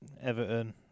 Everton